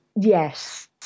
Yes